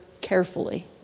carefully